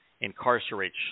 incarcerate